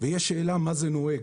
ויש שאלה מה זה נוהג.